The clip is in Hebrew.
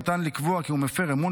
ניתן לקבוע כי הוא מפר אמון,